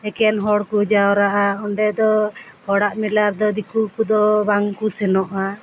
ᱮᱠᱮᱱ ᱦᱚᱲ ᱠᱚ ᱡᱟᱣᱨᱟᱜᱼᱟ ᱚᱸᱰᱮ ᱫᱚ ᱦᱚᱲᱟᱜ ᱢᱮᱞᱟ ᱨᱮᱫᱚ ᱫᱤᱠᱩ ᱠᱚᱫᱚ ᱵᱟᱝ ᱠᱚ ᱥᱮᱱᱚᱜᱼᱟ